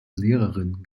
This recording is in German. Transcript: lehrerin